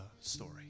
story